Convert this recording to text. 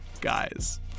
Guys